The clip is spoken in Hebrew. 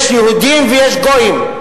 יש יהודים ויש גויים.